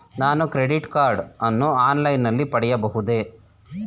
ನಾನು credit card ಅನ್ನು online ನಲ್ಲಿ ಪಡೆಯಬಹುದೇ?